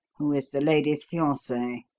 who is the lady's fiance.